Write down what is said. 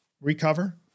recover